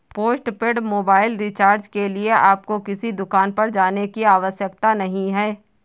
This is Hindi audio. पोस्टपेड मोबाइल रिचार्ज के लिए आपको किसी दुकान पर जाने की आवश्यकता नहीं है